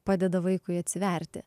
padeda vaikui atsiverti